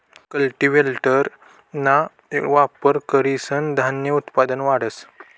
कल्टीव्हेटरना वापर करीसन धान्य उत्पादन वाढस